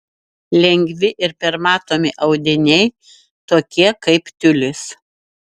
lengvi ir permatomi audiniai tokie kaip tiulis